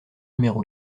numéro